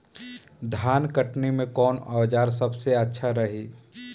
धान कटनी मे कौन औज़ार सबसे अच्छा रही?